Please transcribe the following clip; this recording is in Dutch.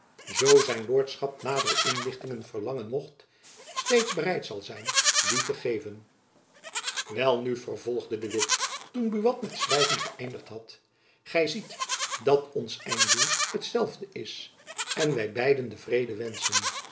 zoo zijn lordschap nadere inlichtingen verlangen mocht steeds bereid zal zijn die te geven welnu vervolgde de witt toen buat met schrijven geëindigd had gy ziet dat ons einddoel hetzelfde is en wy beiden den vrede wenschen